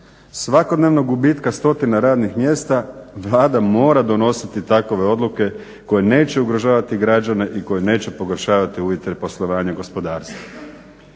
svakodnevnog gubitka stotina radnih mjesta, Vlada mora donositi takve odluke koje neće ugrožavati građane i koje neće pogoršavati uvjete poslovanja gospodarstva.